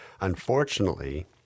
Unfortunately